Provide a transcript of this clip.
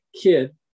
kid